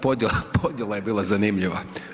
Podjela, podjela je bila zanimljiva.